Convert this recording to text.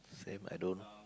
same I don't